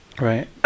Right